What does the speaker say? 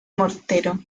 mortero